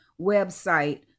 website